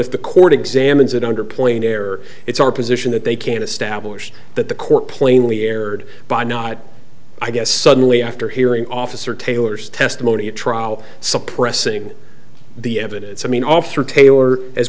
if the court examines it under plain error it's our position that they can establish that the court plainly erred by not i guess suddenly after hearing officer taylor's testimony at trial suppressing the evidence i mean officer taylor as